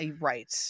Right